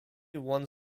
one